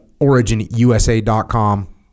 originusa.com